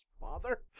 father